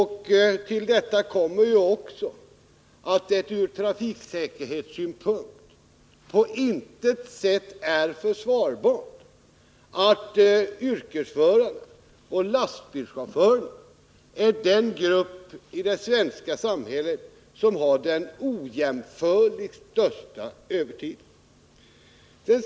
Härtill kommer också att det ur trafiksäkerhetssynpunkt på intet sätt är försvarbart att yrkesförarna och lastbilschaufförerna skall vara den grupp i det svenska samhället som har den ojämförligt största övertiden.